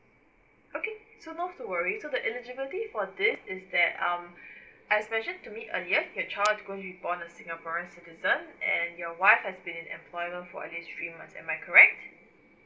okay so not to worry so the eligibility for this is that um as mentioned by me earlier your child is going to be gone a singaporean citizen and your wife has been in employment for at least three months am I correct